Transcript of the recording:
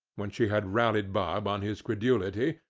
when she had rallied bob on his credulity,